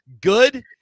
good